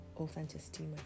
Authenticity